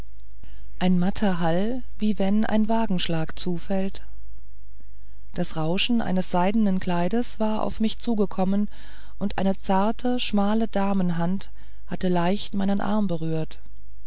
ein matter schall wie wenn ein wagenschlag zufällt das rauschen eines seidenen kleides war auf mich zugekommen und eine zarte schmale damenhand hatte leicht meinen arm berührt